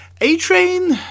A-Train